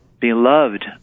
beloved